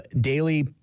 daily